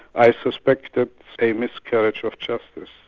i suspected a miscarriage of justice.